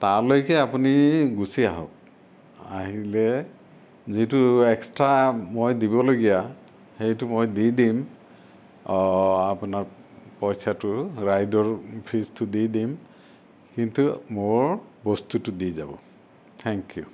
তালৈকে আপুনি গুছি আহক আহিলে যিটো এক্সট্ৰা মই দিবলগীয়া সেইটো মই দি দিম আপোনাক পইচাটো ৰাইডৰ ফিজটো দি দিম কিন্তু মোৰ বস্তুটো দি যাব থেংক ইউ